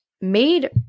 made